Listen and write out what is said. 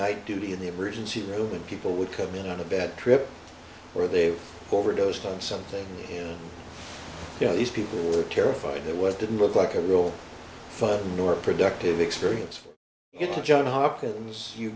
night duty in the emergency room and people would come in on a bad trip or they've overdosed on something you know these people were terrified that what didn't look like a real fun nor productive experience for it john hopkins you